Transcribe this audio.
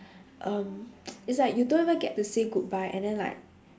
um it's like you don't even get to say goodbye and then like